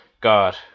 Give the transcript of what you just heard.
God